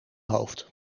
hoofd